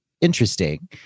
interesting